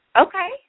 Okay